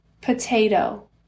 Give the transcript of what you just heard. Potato